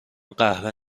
قهوه